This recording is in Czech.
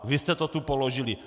Vy jste to tu položili!